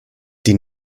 die